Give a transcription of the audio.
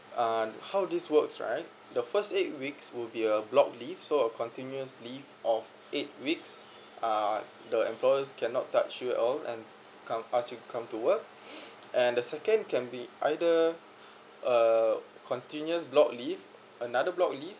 uh how this works right the first eight weeks will be a block leave so uh continuous leave of eight weeks uh the employers cannot touch you at all and come ask you come to work and the second can be either uh continuous block leave another block leave